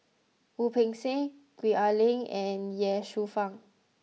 Wu Peng Seng Gwee Ah Leng and Ye Shufang